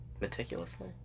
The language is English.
Meticulously